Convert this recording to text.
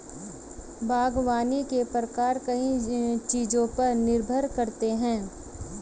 बागवानी के प्रकार कई चीजों पर निर्भर करते है